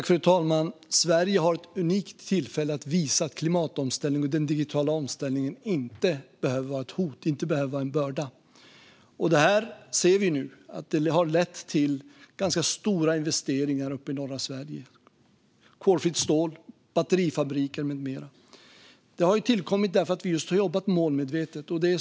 Fru talman! Sverige har ett unikt tillfälle att visa att klimatomställningen och den digitala omställningen inte behöver vara ett hot eller en börda. Det ser vi nu har lett till ganska stora investeringar uppe i norra Sverige: kolfritt stål, batterifabriker med mera, som har tillkommit just för att vi har jobbat målmedvetet.